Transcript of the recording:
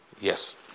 Yes